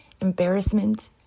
embarrassment